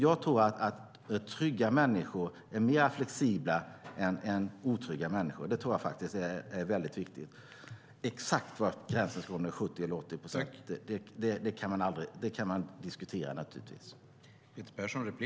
Jag tror att trygga människor är mer flexibla än otrygga människor. Jag tror att det är väldigt viktigt. Exakt var gränsen ska gå, om det är 70 eller 80 procent, kan man naturligtvis diskutera.